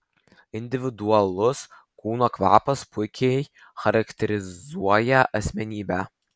individualus kūno kvapas puikiai charakterizuoja asmenybę